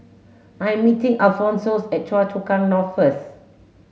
I am meeting Alphonsus at Choa Chu Kang North first